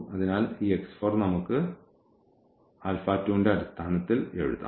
അതിനാൽ ഈ നമുക്ക് ന്റെ അടിസ്ഥാനത്തിൽ എഴുതാം